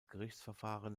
gerichtsverfahren